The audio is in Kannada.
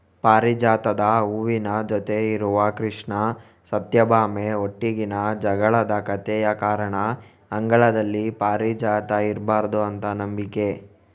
ಪಾರಿಜಾತದ ಹೂವಿನ ಜೊತೆ ಇರುವ ಕೃಷ್ಣ ಸತ್ಯಭಾಮೆ ಒಟ್ಟಿಗಿನ ಜಗಳದ ಕಥೆಯ ಕಾರಣ ಅಂಗಳದಲ್ಲಿ ಪಾರಿಜಾತ ಇರ್ಬಾರ್ದು ಅಂತ ನಂಬಿಕೆ